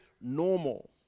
normal